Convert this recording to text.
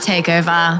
Takeover